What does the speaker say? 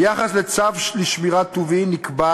ביחס לצו לשמירת טובין נקבע